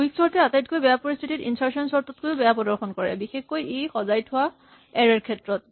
quicksort এ আটাইতকৈ বেয়া পৰিস্হিতিত ইনচাৰ্চন চৰ্ট তকৈয়ো বেয়া প্ৰদৰ্শন কৰে বিশেষকৈ ইতিমধ্যে সজাই থোৱা এৰে ৰ ক্ষেত্ৰত